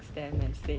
but then right